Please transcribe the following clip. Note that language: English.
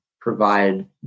provide